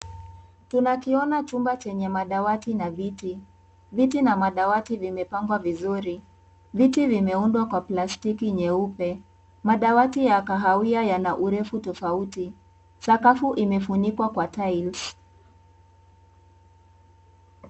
Tunakiona chumba chenye madawati na viti, viti na madawati vimepangwa vizuri viti vimeundwa kwa plastiki nyeupe, madawati ya kahawia Yana urefi tofauti ,sakafu imefunikwa kwa (CS)tiles(CS)